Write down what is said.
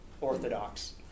Orthodox